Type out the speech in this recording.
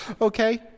Okay